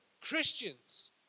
Christians